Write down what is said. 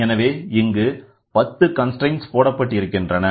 எனவே இங்கு 10 கன்ஸ்ரெய்ன்ட் போடப்பட்டிருக்கின்றன